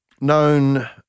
known